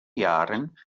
jahren